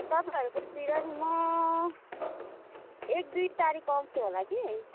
तपाईँहरूकोतिर नि म एक दुई तारिक आउँछु होला कि